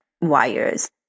wires